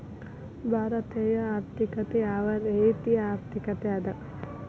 ಭಾರತೇಯ ಆರ್ಥಿಕತೆ ಯಾವ ರೇತಿಯ ಆರ್ಥಿಕತೆ ಅದ?